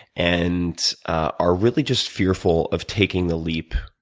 and are really just fearful of taking the leap,